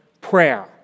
prayer